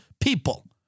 people